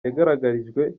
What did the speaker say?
yagaragarijwe